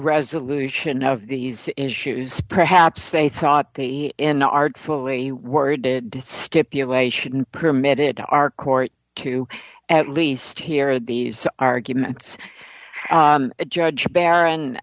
resolution of these issues perhaps they thought in artfully worded stipulation permitted our court to at least hear these arguments judge barron